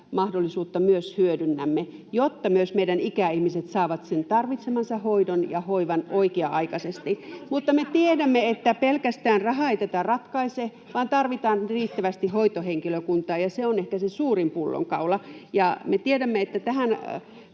mahdollisuutta hyödynnämme, jotta myös meidän ikäihmiset saavat sen tarvitsemansa hoidon ja hoivan oikea-aikaisesti. [Annika Saarikon välihuuto] Mutta me tiedämme, että pelkästään raha ei tätä ratkaise, vaan tarvitaan riittävästi hoitohenkilökuntaa, ja se on ehkä se suurin pullonkaula. Me tiedämme, että tähän